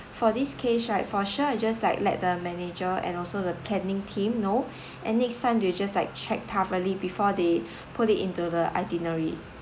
for this case right for sure I will just like let the manager and also the planning team know and next time they will just like check thoroughly before they put it into the itinerary